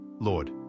Lord